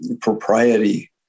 propriety